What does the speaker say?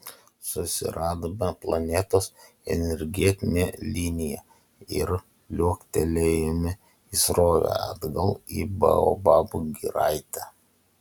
susiradome planetos energetinę liniją ir liuoktelėjome į srovę atgal į baobabų giraitę